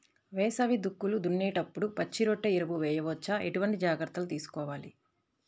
వేసవి దుక్కులు దున్నేప్పుడు పచ్చిరొట్ట ఎరువు వేయవచ్చా? ఎటువంటి జాగ్రత్తలు తీసుకోవాలి?